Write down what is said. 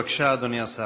בבקשה, אדוני השר.